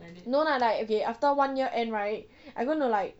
no lah like okay after one year end right I gonna like